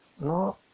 No